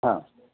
आम्